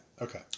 okay